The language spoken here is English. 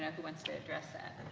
who wants to address that?